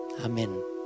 Amen